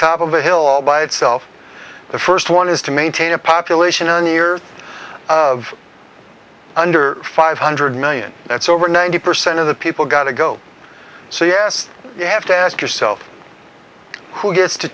top of a hill all by itself the first one is to maintain a population in the earth of under five hundred million that's over ninety percent of the people got to go so yes you have to ask yourself who gets to